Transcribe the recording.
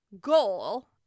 goal